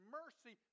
mercy